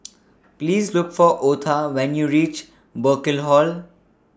Please Look For Otha when YOU REACH Burkill Hall